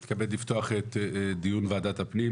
אני מתכבד לפתוח את דיון ועדת הפנים